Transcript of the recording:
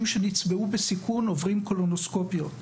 שנצבעו בסיכון עוברים קולונוסקופיה.